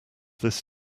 this